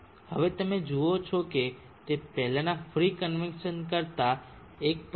હવે તમે જુઓ છો કે તે પહેલાના ફ્રી કન્વેક્સન કરતાં 1